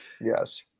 yes